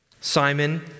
Simon